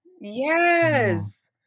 yes